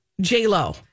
j-lo